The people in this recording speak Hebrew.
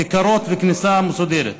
כיכרות וכניסה מסודרת.